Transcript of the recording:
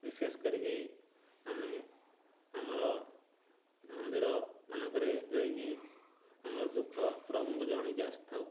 ବିଶେଷ କରିକି ଆମେ ଆମର ମନ୍ଦିର ମାନଙ୍କରେ ଯାଇକି ଆମର ଦୁଃଖ ପ୍ରଭୁଙ୍କୁ ଜଣେଇକି ଆସିଥାଉ